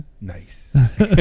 Nice